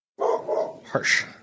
harsh